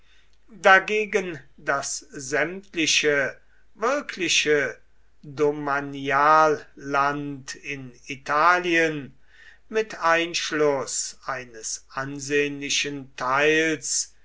dagegen das sämtliche wirkliche domanialland in italien mit einschluß eines ansehnlichen teils